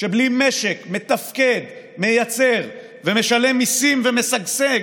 שבלי משק מתפקד, מייצר ומשלם מיסים ומשגשג,